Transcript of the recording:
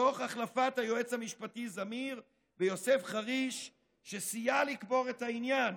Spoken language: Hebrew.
תוך החלפת היועץ המשפטי זמיר ביוסף חריש שסייע לקבור את העניין.